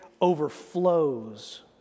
overflows